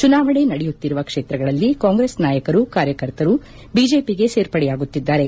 ಚುನಾವಣೆ ನಡೆಯುತ್ತಿರುವ ಕ್ಷೇತ್ರಗಳಲ್ಲಿ ಕಾಂಗ್ರೆಸ್ ನಾಯಕರು ಕಾರ್ಯಕರ್ತರು ಬಿಜೆಪಿಗೆ ಸೇರ್ಪಡೆಯಾಗುತ್ತಿದ್ದಾರೆ